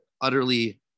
utterly